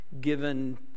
given